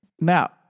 Now